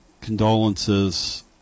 condolences